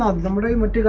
ah number and will